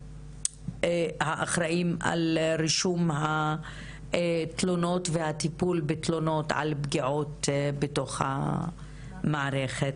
האחראים על רישום התלונות והטיפול בתלונות על פגיעות בתוך המערכת.